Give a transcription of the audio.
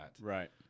Right